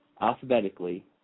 alphabetically